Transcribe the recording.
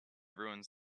ruins